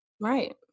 Right